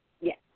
Yes